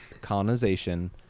colonization